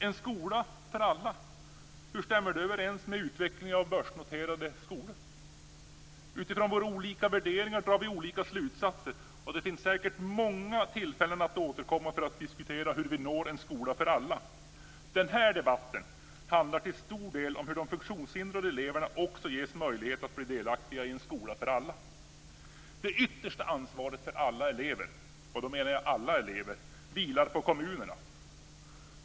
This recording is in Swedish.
En skola för alla - hur stämmer det överens med utvecklingen av börsnoterade skolor? Utifrån våra olika värderingar drar vi olika slutsatser. Det finns säkert många tillfällen för oss att återkomma för att diskutera hur vi når en skola för alla. Den här debatten handlar till stor del om hur de funktionshindrade eleverna också ges möjlighet att bli delaktiga i en skola för alla. Det yttersta ansvaret för alla elever - då menar jag alla elever - vilar på kommunerna.